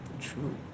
true